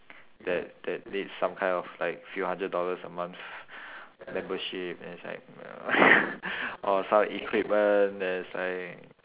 that that needs some kind of like few hundred dollars a month membership and it's like or some equipment that's like